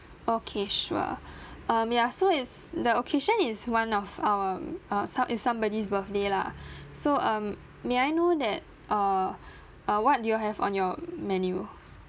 okay sure um ya so is the occasion is one of our uh some is somebody's birthday lah so um may I know that err uh what do you all have on your menu